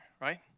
right